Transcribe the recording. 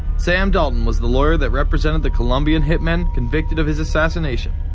sam dalton was the lawyer that represented the colombian hit men convicted of his assassination.